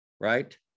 right